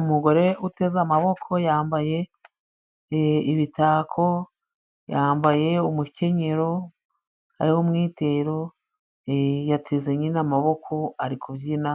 Umugore uteze amaboko yambaye ibitako, yambaye umukenyero, uriho umwitero yateze nyine amaboko ari kubyina.